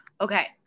Okay